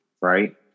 right